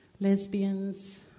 lesbians